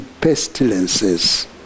pestilences